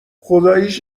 خداییش